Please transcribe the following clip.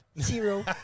zero